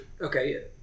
okay